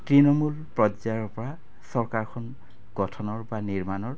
তৃণমূল পৰ্যায়ৰপৰা চৰকাৰখন গঠনৰ বা নিৰ্মাণৰ